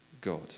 God